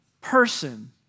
person